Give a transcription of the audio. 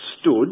stood